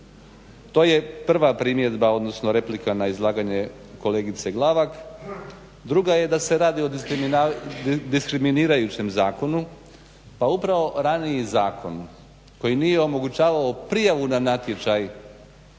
To je prva primjedba odnosno replika na izlaganje kolegice Glavak. Druga je da se radi o diskriminirajućem zakonu, pa upravo raniji zakon koji nije omogućavao prijavu na natječaj